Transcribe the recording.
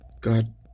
God